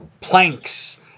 planks